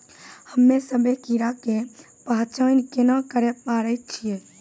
हम्मे सभ्भे कीड़ा के पहचान केना करे पाड़ै छियै?